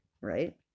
right